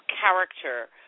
character